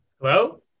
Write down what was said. Hello